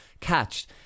catch